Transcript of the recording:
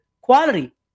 quality